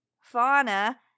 Fauna